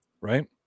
Right